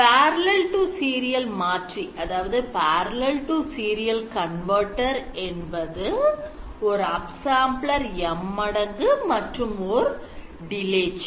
Parallel to serial மாற்றி என்பது ஓர் upsampler M மடங்கு மற்றும் ஓர் delay chain